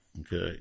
Okay